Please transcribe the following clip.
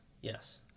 Yes